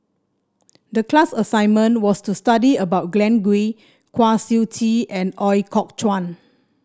the class assignment was to study about Glen Goei Kwa Siew Tee and Ooi Kok Chuen